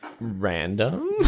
random